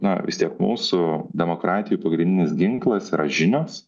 na vis tiek mūsų demokratijų pagrindinis ginklas yra žinios